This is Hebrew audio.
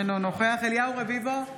אינו נוכח אליהו רביבו,